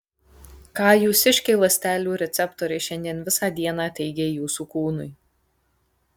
ką jūsiškiai ląstelių receptoriai šiandien visą dieną teigė jūsų kūnui